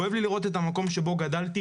כואב לי לראות את המקום שבו גדלתי,